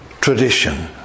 tradition